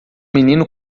menino